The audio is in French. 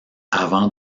avant